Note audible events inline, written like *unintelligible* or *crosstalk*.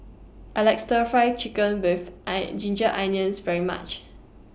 I like Stir Fry Chicken with *unintelligible* Ginger Onions very much